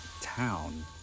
town